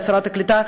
שרת הקליטה,